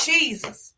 Jesus